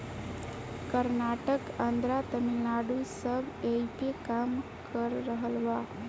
कर्नाटक, आन्द्रा, तमिलनाडू सब ऐइपे काम कर रहल बा